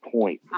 point